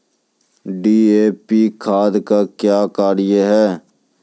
DAP खाद का क्या कार्य हैं?